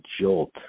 jolt